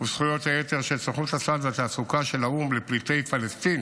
וזכויות היתר של סוכנות הסעד והתעסוקה של האו"ם לפליטי פלסטין